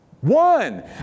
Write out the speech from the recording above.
One